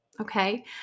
Okay